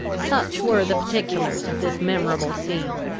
such were the particulars of this memorable scene.